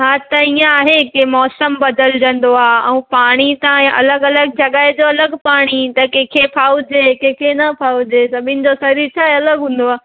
हा त इअं आहे की मौसमु बदिलिजंदो आहे ऐं पाणी तव्हांजे अलॻि अलॻि जॻहि जो अलॻि पाणी त कंहिंखे फाउजे त कंहिंखे न फाउजे सभिनि जो सरीरु छाहे अलॻि हूंदो आहे